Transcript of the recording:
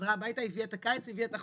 חזרה הבית, הביאה את הקיץ, לקחה את החורף.